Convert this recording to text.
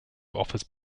offers